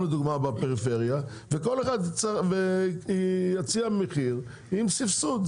לדוגמה בפריפריה וכל אחד יציע מחיר עם סבסוד.